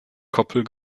koppel